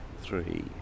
Three